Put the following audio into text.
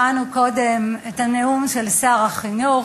שמענו קודם את הנאום של שר החינוך,